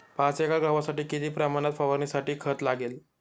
पाच एकर गव्हासाठी किती प्रमाणात फवारणीसाठी खत लागेल?